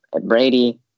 brady